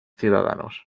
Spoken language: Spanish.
ciudadanos